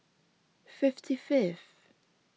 fifty fifth